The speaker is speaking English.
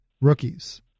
rookies